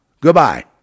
Goodbye